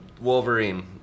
Wolverine